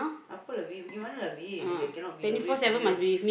apa they cannot be away from you